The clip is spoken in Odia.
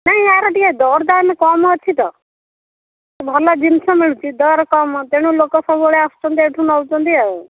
ନାହିଁ ଏହାର ଟିକେ ଦର ଦାମ୍ ଏମିତି କମ୍ ଅଛି ତ ଭଲ ଜିନିଷ ମିଳୁଛି ଦର କମ୍ ତେଣୁ ଲୋକ ସବୁବେଳେ ଆସୁଛନ୍ତି ଏଠୁ ନେଉଛନ୍ତି ଆଉ